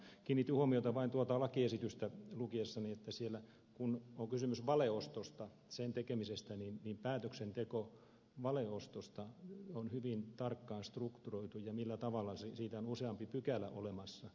kiinnitin huomiota vain tuota lakiesitystä lukiessani että siellä kun on kysymys valeostosta sen tekemisestä päätöksenteko valeostosta on hyvin tarkkaan strukturoitu millä tavalla siitä on useampi pykälä olemassa